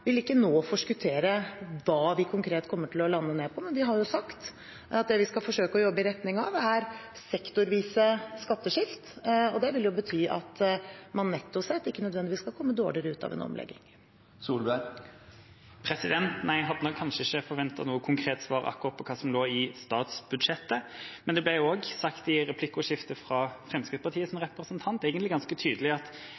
vil ikke nå forskuttere hva vi konkret kommer til å lande ned på, men vi har jo sagt at det vi skal forsøke å jobbe i retning av, er sektorvise skatteskift, og det vil jo bety at man netto sett ikke nødvendigvis skal komme dårligere ut av en omlegging. Nei, jeg hadde nok kanskje ikke forventet noe konkret svar akkurat på hva som lå i statsbudsjettet, men det ble også sagt i replikkordskiftet fra Fremskrittspartiets representant – egentlig ganske tydelig – at